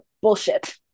bullshit